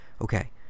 Okay